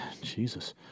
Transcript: Jesus